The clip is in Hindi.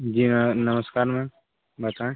जी हाँ नमस्कार मैम बताएं